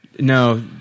No